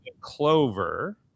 Clover